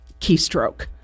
keystroke